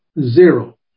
Zero